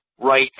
Right